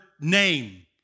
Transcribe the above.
name